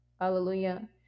Hallelujah